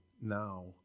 now